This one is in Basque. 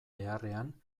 beharrean